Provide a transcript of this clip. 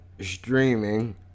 streaming